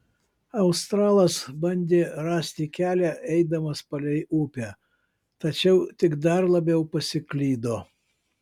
australas bandė rasti kelią eidamas palei upę tačiau tik dar labiau pasiklydo